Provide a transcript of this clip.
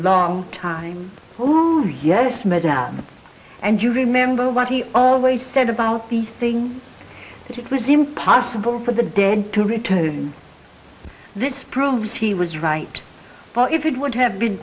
long time oh yes madame and you remember what he always said about these things it was impossible for the dead to return this proves he was right well if it would have been